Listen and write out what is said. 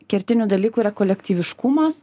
kertinių dalykų yra kolektyviškumas